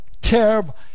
Terrible